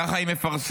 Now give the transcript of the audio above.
ככה היא מפרסמת: